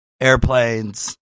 airplanes